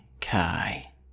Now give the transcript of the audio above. Kai